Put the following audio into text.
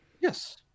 yes